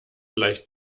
leicht